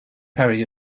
perry